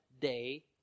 day